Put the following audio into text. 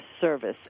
service